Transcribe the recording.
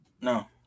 No